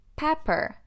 pepper